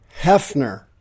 Hefner